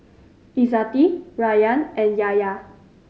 Izzati Rayyan and Yahya